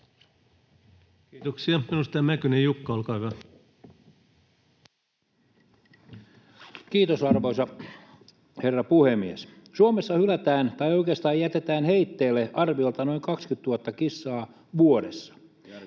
Kiitoksia. — Edustaja Mäkynen, Jukka, olkaa hyvä. Kiitos, arvoisa herra puhemies! Suomessa hylätään tai oikeastaan jätetään heitteille arviolta noin 20 000 kissaa vuodessa,